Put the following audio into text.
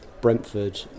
Brentford